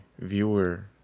viewer